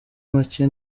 make